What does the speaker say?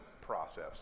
process